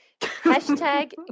Hashtag